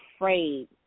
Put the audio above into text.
afraid